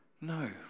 No